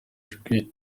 ijwi